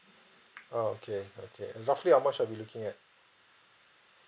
oh okay okay roughly how much are we looking at